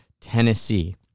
Tennessee